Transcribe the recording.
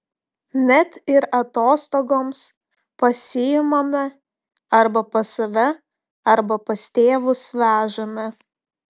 net ir atostogoms pasiimame arba pas save arba pas tėvus vežame